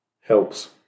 helps